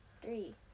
Three